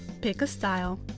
pick a style,